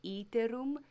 iterum